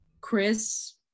Chris